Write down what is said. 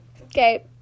Okay